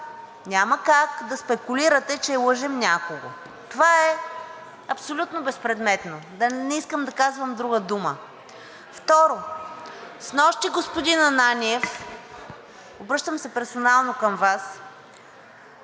няма как! – да спекулирате, че лъжем някого. Това е абсолютно безпредметно. Не искам да казвам друга дума. Второ, господин Ананиев, обръщам се персонално към Вас,